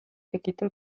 zekiten